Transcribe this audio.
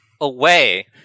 away